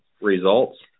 results